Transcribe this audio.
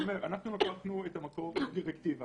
אנחנו לקחנו את המקור מהדירקטיבה.